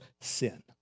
sin